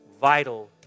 vital